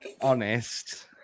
Honest